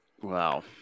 wow